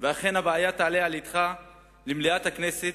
ואכן הבעיה תעלה על-ידך במליאת הכנסת,